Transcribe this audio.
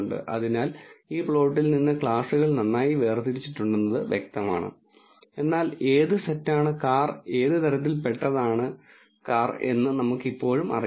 അതിനാൽ ഈ പ്ലോട്ടിൽ നിന്ന് ക്ലാസുകൾ നന്നായി വേർതിരിച്ചിട്ടുണ്ടെന്ന് വ്യക്തമാണ് എന്നാൽ ഏത് സൈറ്റാണ് കാർ ഏത് തരത്തിൽ പെട്ടതെന്ന് നമുക്ക് ഇപ്പോഴും അറിയില്ല